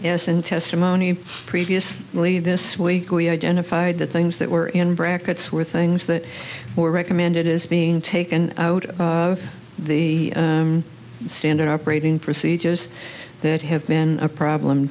yes in testimony previous early this week we identified the things that were in brackets were things that were recommended as being taken out of the standard operating procedures that have been a problem